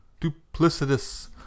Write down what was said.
duplicitous